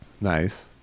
Nice